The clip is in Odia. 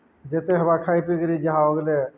ଯେତେ ହେବା ଖାଇ ପିିକରି ଯାହା ଅଗ୍ଲେ